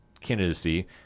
candidacy